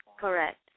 Correct